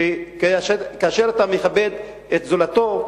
שכאשר אתה מכבד את זולתך,